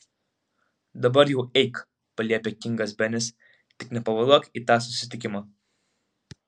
dabar jau eik paliepė kingas benis tik nepavėluok į tą susitikimą